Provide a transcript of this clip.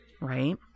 right